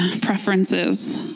preferences